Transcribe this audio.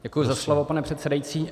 Děkuji za slovo, pane předsedající.